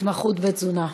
התמחות בתזונה.